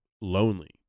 lonely